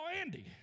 Andy